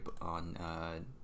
on